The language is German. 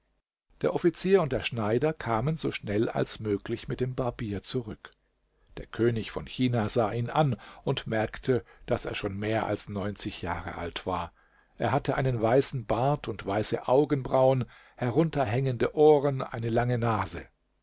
der offizier und der schneider kamen so schnell als möglich mit dem barbier zurück der könig von china sah ihn an und merkte daß er schon mehr als neunzig jahre alt war er hatte einen weißen bart und weiße augenbrauen herunterhängende ohren eine lange nase